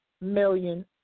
million